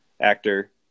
actor